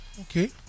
Okay